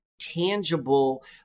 tangible